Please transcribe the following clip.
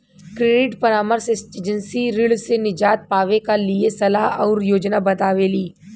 credit परामर्श agency ऋण से निजात पावे क लिए सलाह आउर योजना बतावेली